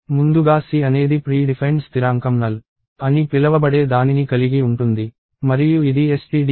ముందుగా C అనేది predefined స్థిరాంకం నల్ అని పిలవబడే దానిని కలిగి ఉంటుంది మరియు ఇది stdio